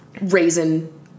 raisin